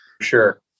Sure